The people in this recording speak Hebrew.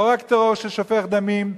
לא רק טרור ששופך דמים,